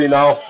now